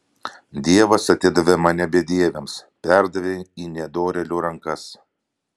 dievas atidavė mane bedieviams perdavė į nedorėlių rankas